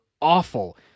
awful